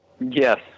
Yes